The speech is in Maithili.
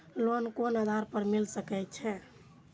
लोन कोन आधार पर मिल सके छे?